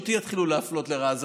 אותי יתחילו להפלות לרעה.